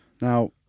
Now